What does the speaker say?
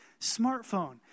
smartphone